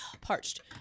Parched